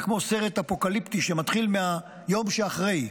זה כמו סרט אפוקליפטי שמתחיל מהיום שאחרי.